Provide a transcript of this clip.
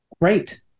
great